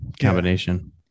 combination